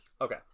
Okay